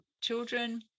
children